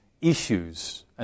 issues